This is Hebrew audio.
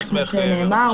שנאמר.